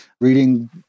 reading